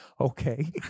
Okay